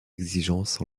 exigences